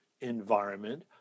environment